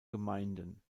gemeinden